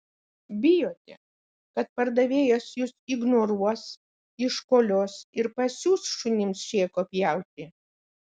bijote kad pardavėjas jus ignoruos iškolios ir pasiųs šunims šėko pjauti